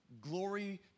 Glory